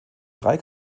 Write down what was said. drei